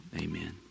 amen